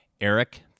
Eric